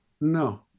No